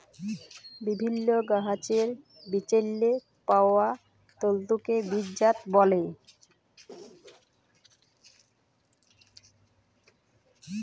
বিভিল্ল্য গাহাচের বিচেল্লে পাউয়া তল্তুকে বীজজাত ব্যলে